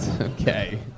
Okay